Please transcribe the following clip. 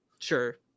sure